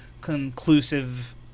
conclusive